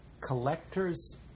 collectors